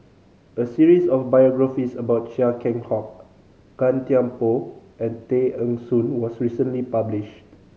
a series of biographies about Chia Keng Hock Gan Thiam Poh and Tay Eng Soon was recently published